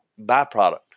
byproduct